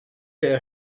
her